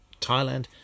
Thailand